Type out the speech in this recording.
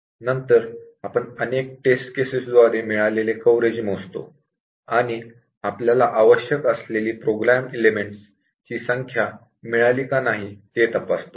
नंतर आपण अनेक टेस्ट केसेस द्वारे मिळविलेले कव्हरेज मोजतो आणि आपल्याला आवश्यक असलेली प्रोग्राम एलिमेंटस ची संख्या मिळाली का नाही ते तपासतो